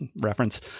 reference